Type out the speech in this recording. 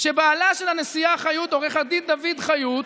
שבעלה של הנשיא חיות, עו"ד דוד חיות,